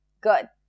Good